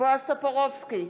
בועז טופורובסקי,